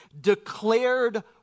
declared